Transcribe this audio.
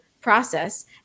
process